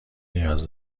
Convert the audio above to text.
نیاز